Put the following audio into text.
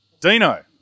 Dino